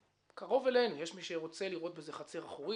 קרוב אלינו יש מי שרוצה לראות בזה חצר אחורית.